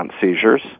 seizures